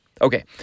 Okay